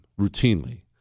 routinely